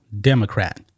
democrat